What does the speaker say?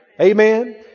Amen